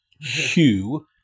Hugh